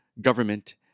government